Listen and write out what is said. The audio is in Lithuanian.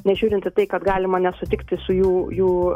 nežiūrint į tai kad galima nesutikti su jų jų